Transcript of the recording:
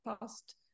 past